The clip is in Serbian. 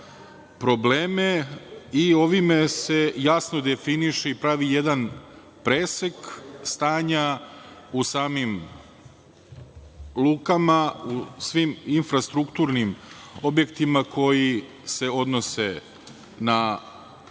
probleme i ovime se jasno definiše i pravi jedan presek stanja u samim lukama, u svim infrastrukturnim objektima koji se odnose na plovidbu